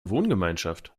wohngemeinschaft